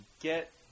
get